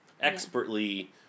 expertly